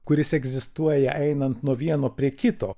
kuris egzistuoja einant nuo vieno prie kito